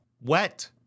Wet